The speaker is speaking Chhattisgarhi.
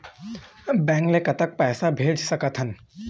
बैंक ले कतक पैसा भेज सकथन?